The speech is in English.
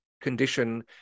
condition